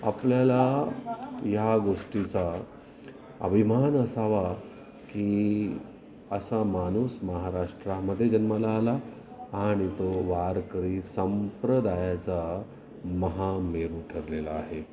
आपल्याला ह्या गोष्टीचा अभिमान असावा की असा माणूस महाराष्ट्रामध्ये जन्माला आला आणि तो वारकरी संप्रदायाचा महामेरू ठरलेला आहे